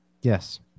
yes